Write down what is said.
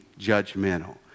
judgmental